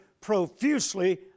profusely